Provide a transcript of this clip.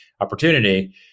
opportunity